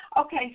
Okay